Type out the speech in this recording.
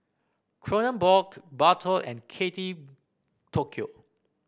Kronenbourg Bardot and Kate Tokyo